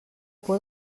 por